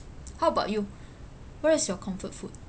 how about you what is your comfort food